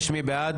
119, מי בעד?